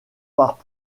par